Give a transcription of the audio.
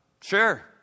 sure